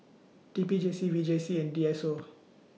T P J C V J C and D S O